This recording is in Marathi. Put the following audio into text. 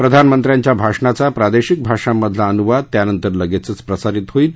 प्रधानमंत्र्यांच्या भाषणाचा प्रादेशिक भाषांमधला अनुवाद त्यानंतर लगेचच प्रसारित होईल